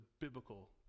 biblical